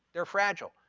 they're fragile.